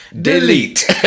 Delete